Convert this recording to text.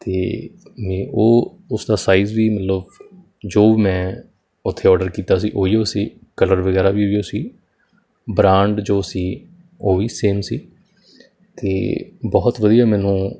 ਅਤੇ ਇਹ ਉਹ ਉਸਦਾ ਸਾਈਜ਼ ਵੀ ਮਤਲਬ ਜੋ ਮੈਂ ਉੱਥੇ ਆਰਡਰ ਕੀਤਾ ਸੀ ਓਹੀ ਓ ਸੀ ਕਲਰ ਵਗੈਰਾ ਵੀ ਓਹੀਓ ਸੀ ਬ੍ਰਾਂਡ ਜੋ ਸੀ ਉਹ ਵੀ ਸੇਮ ਸੀ ਅਤੇ ਬਹੁਤ ਵਧੀਆ ਮੈਨੂੰ